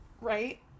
right